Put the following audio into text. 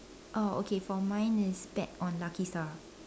oh okay for mine is bet on lucky star